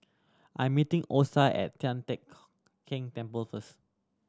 I'm meeting Osa at Tian Teck Keng Temple first